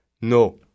No